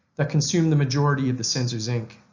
that consumed the majority of the censors' ink.